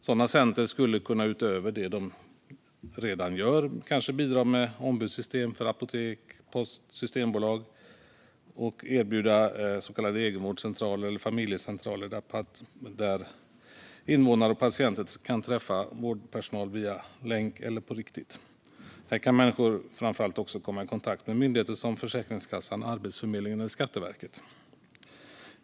Sådana center kan utöver vad de redan gör bidra med ombudssystem för apotek, post och systembolag och erbjuda så kallade egenvårdscentraler eller familjecentraler där invånare och patienter träffar vårdpersonal via videolänk eller på riktigt. Här kan människor komma i kontakt med myndigheter såsom Försäkringskassan, Arbetsförmedlingen eller Skatteverket.